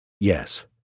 Yes